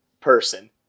person